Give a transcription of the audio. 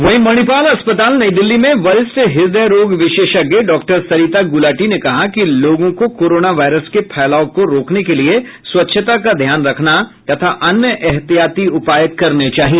वहीं मणिपाल अस्पताल नई दिल्ली में वरिष्ठ हदयरोग विशेषज्ञ डॉक्टर सरिता गुलाटी ने कहा कि लोगों को कोरोना वायरस के फैलाव को रोकने के लिए स्वच्छता का ध्यान रखना तथा अन्य एहतियाती उपाय करने चाहिए